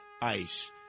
ICE